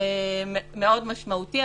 מאוד משמעותי.